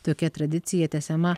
tokia tradicija tęsiama